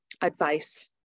advice